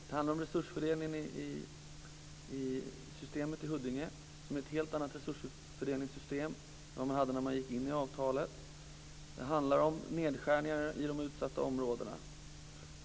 Det handlar om resursfördelningssystemet i Huddinge, som är ett helt annat resursfördelningssystem än vad man hade när man gick in i avtalet. Det handlar om nedskärningar i de utsatta områdena.